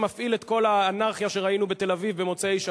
שמפעיל את כל האנרכיה שראינו בתל-אביב במוצאי-שבת.